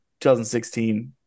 2016